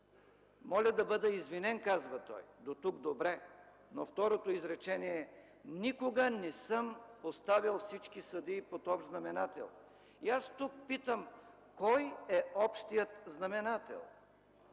моля да бъда извинен” – казва той. Дотук добре, но второто изречение е: „Никога не съм поставял всички съдии под общ знаменател”. И аз тук питам: кой е общият знаменател?